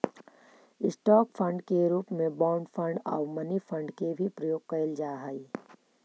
stock fund के रूप में बॉन्ड फंड आउ मनी फंड के भी प्रयोग कैल जा हई